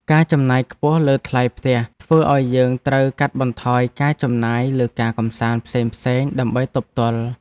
ការចំណាយខ្ពស់លើថ្លៃផ្ទះធ្វើឱ្យយើងត្រូវកាត់បន្ថយការចំណាយលើការកម្សាន្តផ្សេងៗដើម្បីទប់ទល់។